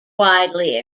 widely